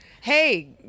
hey